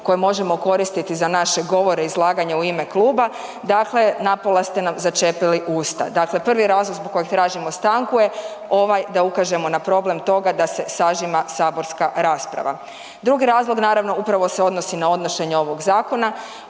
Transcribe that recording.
koje možemo koristiti za naše govore i izlaganja u ime kluba, dakle napola ste nam začepili usta. Dakle, prvi razlog zbog kojeg tražimo stanku je ovaj da ukažemo na problem toga da se sažima saborska rasprava. Drugi razlog, naravno, upravo se odnosi na odnošenje ovog zakona.